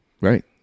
Right